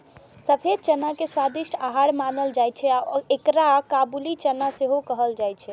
सफेद चना के स्वादिष्ट आहार मानल जाइ छै आ एकरा काबुली चना सेहो कहल जाइ छै